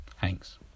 Thanks